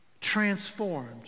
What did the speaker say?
transformed